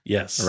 Yes